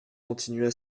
continua